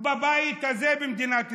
בבית הזה במדינת ישראל.